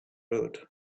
road